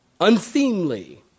unseemly